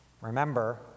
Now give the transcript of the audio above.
Remember